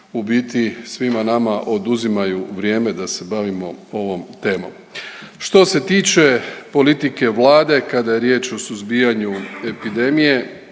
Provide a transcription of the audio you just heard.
u biti svima nama oduzimaju vrijeme da se bavimo ovom temom. Što se tiče politike Vlade kada je riječ o suzbijanju epidemije